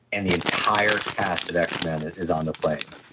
and the entire cast of and xmen is on the plane.